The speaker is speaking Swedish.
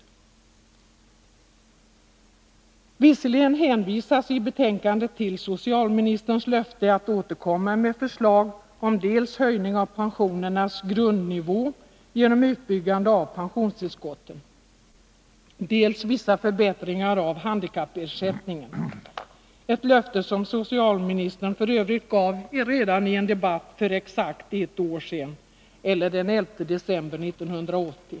169 Visserligen hänvisas i betänkandet till socialministerns löfte att återkomma med förslag om dels höjning av pensionernas grundnivå genom utbyggande av pensionstillskotten, dels vissa förbättringar av handikappersättningen — det är f. ö. ett löfte som socialministern gav redan i en debatt för nästan exakt ett år sedan, den 11 december 1980.